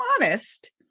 honest